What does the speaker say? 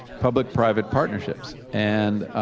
public private partnerships. and